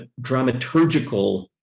dramaturgical